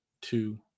two